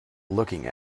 looking